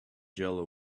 yellow